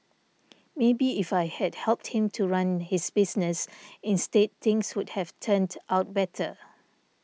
maybe if I had helped him to run his business instead things would have turned out better